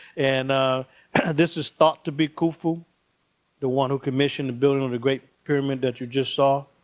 and ah this is thought to be khufu the one who commissioned to building of the great pyramid that you just saw.